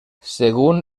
según